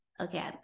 okay